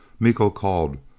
miko called,